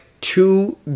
two